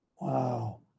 Wow